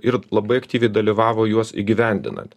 ir labai aktyviai dalyvavo juos įgyvendinant